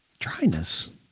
dryness